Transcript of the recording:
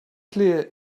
clear